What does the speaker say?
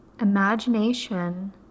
imagination